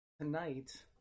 tonight